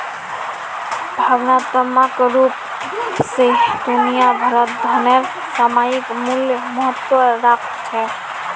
भावनात्मक रूप स दुनिया भरत धनेर सामयिक मूल्य महत्व राख छेक